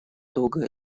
того